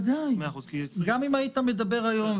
בסדר גמור.